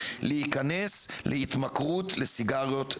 להיכנס להתמכרות של סיגריות רגילות,